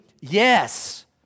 yes